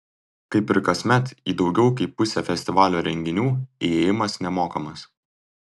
kaip ir kasmet į daugiau kaip pusę festivalio renginių įėjimas nemokamas